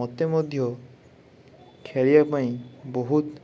ମତେ ମଧ୍ୟ ଖେଳିବା ପାଇଁ ବହୁତ